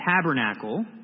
tabernacle